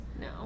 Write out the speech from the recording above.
no